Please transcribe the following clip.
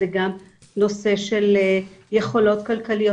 זה גם נושא של יכולות כלכליות,